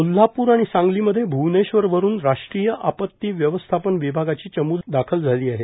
कोल्हापूर आणि सांगलीमध्ये भूवणेश्वर वरून राष्ट्रीय आपती व्यवस्थापन विभागाची चमू दाखल झाली आहे